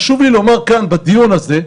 חשוב לי לומר כאן בדיון הזה,